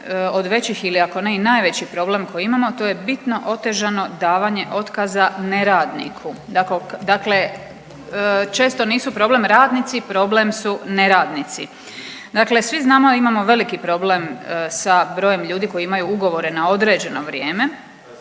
od većih ili ako ne i najveći problem koji imamo, a to je bitno otežano davanje otkaza neradniku, dakle često nisu problem radnici, problem su neradnici, dakle svi znamo da imamo veliki problem sa brojem ljudi koji imaju ugovore na određeno vrijeme,